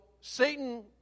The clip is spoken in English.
Satan